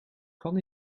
kan